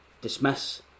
dismiss